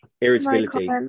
irritability